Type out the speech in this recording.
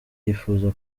yifuza